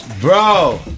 bro